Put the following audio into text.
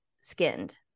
skinned